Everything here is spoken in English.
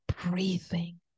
breathing